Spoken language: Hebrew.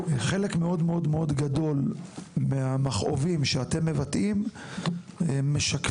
חלק מאוד מאוד גדול מהמכאובים שאתם מבטאים משקף